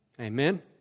Amen